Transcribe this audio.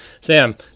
Sam